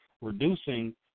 reducing